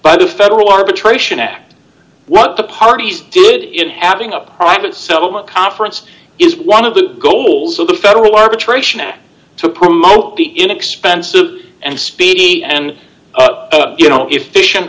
by the federal arbitration act what the parties did in adding up private settlement conference is one of the goals of the federal arbitration act to promote be inexpensive and speedy and you know efficient